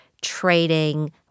trading